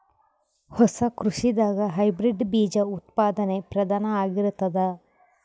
ಹೊಸ ಕೃಷಿದಾಗ ಹೈಬ್ರಿಡ್ ಬೀಜ ಉತ್ಪಾದನೆ ಪ್ರಧಾನ ಆಗಿರತದ